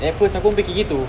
at first aku fikir gitu